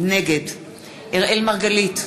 נגד אראל מרגלית,